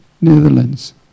Netherlands